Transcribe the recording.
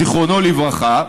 זיכרונו לברכה,